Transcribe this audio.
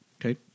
Okay